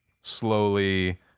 slowly